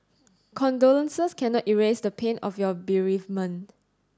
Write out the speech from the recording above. condolences cannot erase the pain of your bereavement